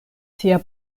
sia